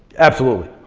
absolutely.